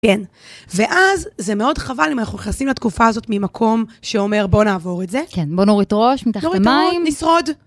כן, ואז זה מאוד חבל אם אנחנו נכנסים לתקופה הזאת ממקום שאומר בוא נעבור את זה. כן, בוא נוריד ראש מתחת המים. נוריד את הראש, נשרוד.